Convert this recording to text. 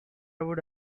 would